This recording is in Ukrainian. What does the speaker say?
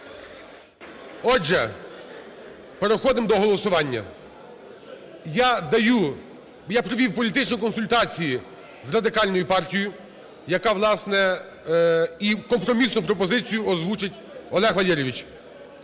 Отже, переходимо до голосування. Я даю… Я провів політичні консультації з Радикальною партією, яка, власне, і компромісну пропозицію озвучить Олег Валерійович.